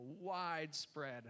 widespread